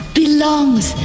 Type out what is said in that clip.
belongs